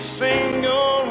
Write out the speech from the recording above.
single